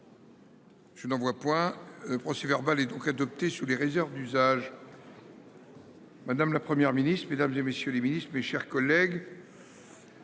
Je n'en vois point le procès verbal est donc adopté sur les réserves d'usage.--